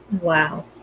Wow